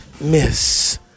miss